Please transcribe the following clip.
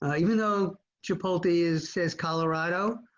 even though to polities says, colorado.